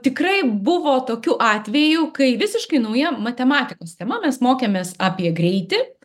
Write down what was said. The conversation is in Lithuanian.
tikrai buvo tokių atvejų kai visiškai nauja matematikos tema mes mokėmės apie greitį